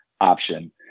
option